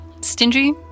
stingy